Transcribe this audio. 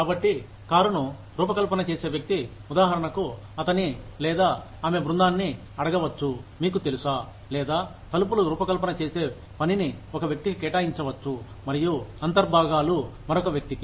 కాబట్టి కారును రూపకల్పన చేసే వ్యక్తి ఉదాహరణకు అతని లేదా ఆమె బృందాన్నిఅడగవచ్చు మీకు తెలుసా లేదా తలుపులు రూపకల్పన చేసే పనిని ఒక వ్యక్తికి కేటాయించవచ్చు మరియు అంతర్భాగాలు మరొక వ్యక్తికి